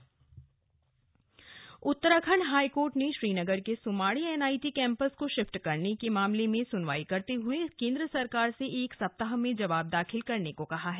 high court Sumadi campus Uttarakhand high court ने श्रीनगर के Sumadi NIT campus को शिफ्ट करने के मामले में सुनवाई करते हुए केंद्र सरकार से एक सप्ताह में जवाब दाखिल करने को कहा है